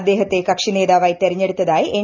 അദ്ദേഹത്തെ കക്ഷിന്റേത്പാപായി തെരഞ്ഞെടുത്തതായി എൻ